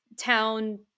town